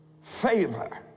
Favor